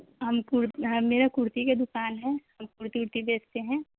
ہم میرا کرتی کے دکان ہے ہم کرتی ارتی بیچتے ہیں